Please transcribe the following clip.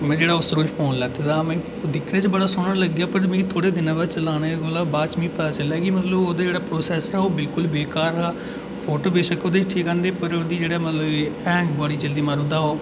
में जेह्ड़ा उस बैल्ले फौन लैता दा हा में दिक्खने ई ते बड़ा सोह्ना हा पर मिगी थोह्ड़े थोह्ड़े दिनें चलाने कोला बाद पता चलेआ कि मतलब ओह्दा जेह्ड़ा प्रोसैसर हा ओह् बिल्कुल बेकार हा फोटो बेशक ओह्दे च ठीक औंदे हे पर ओह्दा जेह्ड़ा मतलब कि हैंग बडी जल्दी मारी ओड़दा हा ओह्